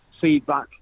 feedback